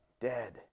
dead